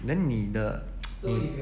then 你的 你